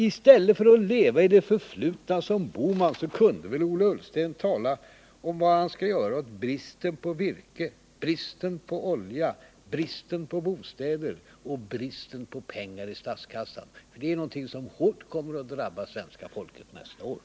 I stället för att liksom herr Bohman leva i det förflutna kunde väl herr Ullsten tala om vad han skall göra åt bristen på virke, på olja, på bostäder och på pengar i statskassan. Det är något som hårt kommer att drabba svenska folket nästa år.